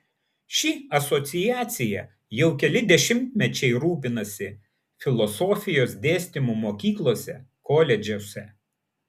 ši asociacija jau keli dešimtmečiai rūpinasi filosofijos dėstymu mokyklose koledžuose